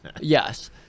Yes